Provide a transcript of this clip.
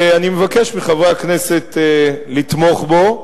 אני מבקש מחברי הכנסת לתמוך בו.